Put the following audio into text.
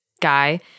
guy